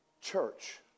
Church